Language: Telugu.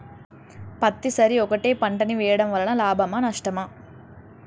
పత్తి సరి ఒకటే పంట ని వేయడం వలన లాభమా నష్టమా?